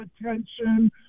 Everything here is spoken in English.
attention